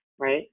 right